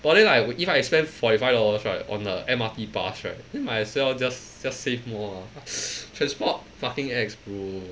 but then like if I spend forty five dollars right on a M_R_T pass right then might as well just just save more lah transport fucking ex bro